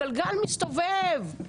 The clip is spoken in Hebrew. הגלגל מסתובב.